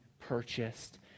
purchased